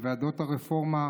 בוועדות הרפורמה,